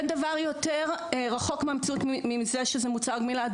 אין דבר יותר רחוק מהמציאות מזה שזה מוצר גמילה.